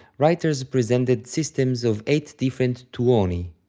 writers presented systems of eight different tuoni,